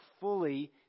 fully